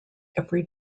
every